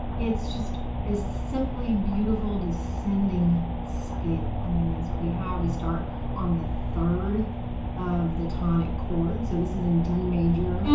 it's just a simply beautiful, descending scale. i mean that's what we have. we start on the third of the tonic chord, so this is in d major. and